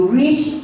reach